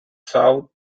south